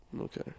Okay